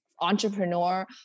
entrepreneur